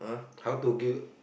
how to go